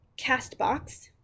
CastBox